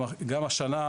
גם השנה,